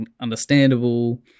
understandable